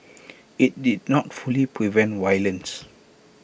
IT did not fully prevent violence